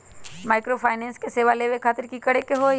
Microfinance के सेवा लेबे खातीर की करे के होई?